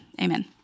amen